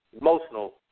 emotional